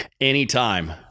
anytime